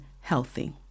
healthy